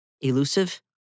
Elusive